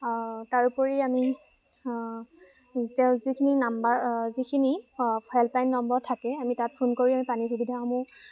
তাৰোপৰি আমি তেওঁ যিখিনি নাম্বাৰ যিখিনি হেল্পলাইন নম্বৰ থাকে আমি তাত ফোন কৰি আমি পানীৰ সুবিধাসমূহ